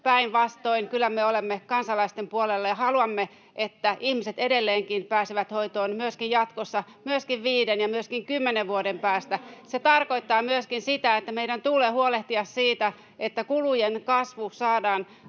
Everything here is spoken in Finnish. Päinvastoin kyllä me olemme kansalaisten puolella ja haluamme, että ihmiset edelleenkin pääsevät hoitoon myöskin jatkossa, myöskin viiden ja myöskin kymmenen vuoden päästä. [Antti Kurvinen: Pääseekö muualle kuin siihen puhelimeen?] Se tarkoittaa myöskin sitä, että meidän tulee huolehtia siitä, että kulujen kasvu saadaan